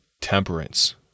temperance